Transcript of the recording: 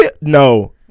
no